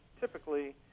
Typically